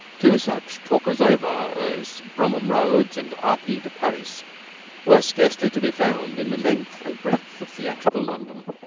two such talkers-over as bromham rhodes and r. p. de parys were scarcely to be found in the length and breadth of theatrical london.